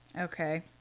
Okay